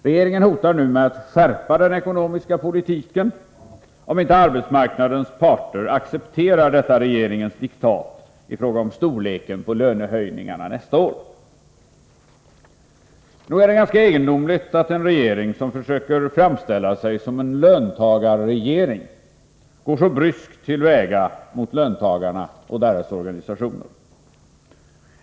Regeringen hotar nu med att skärpa den ekonomiska politiken, om inte arbetsmarknadens parter accepterar detta regeringens diktat i fråga om storleken på lönehöjningarna nästa år. Nog är det ganska egendomligt att en regering, som försöker framställa sig som en ”löntagarregering”, går så bryskt till väga mot löntagarna och deras organisationer.